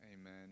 amen